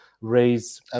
raise